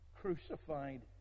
crucified